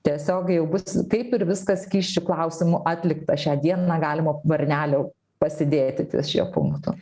tiesiog jau bus kaip ir viskas skysčių klausimu atlikta šią dieną galima varnelę pasidėti ties šiuo punktu